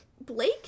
Blake